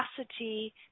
capacity